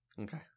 Okay